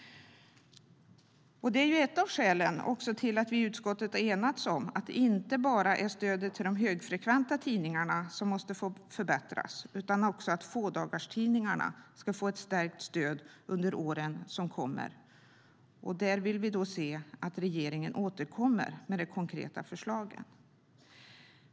Detta är ett av skälen till att vi i utskottet har enats om att det inte bara är stödet till de högfrekventa tidningarna som måste förbättras utan att också fådagarstidningarna ska få ett stärkt stöd under de år som kommer. Där vill vi se att regeringen återkommer med de konkreta förslagen.